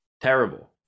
Terrible